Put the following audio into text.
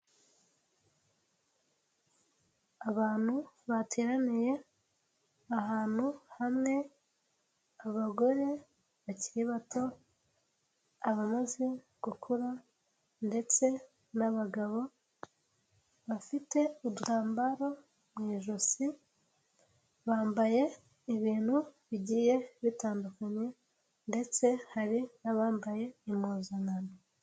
Abantu bateraniye ahantu hamwe, abagore bakiri bato, abamaze gukura ndetse n'abagabo, bafite udutambaro mu ijosi, bambaye ibintu bigiye bitandukanye ndetse hari n'abambaye impuzankano.